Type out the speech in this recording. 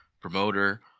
promoter